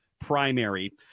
primary